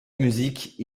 musique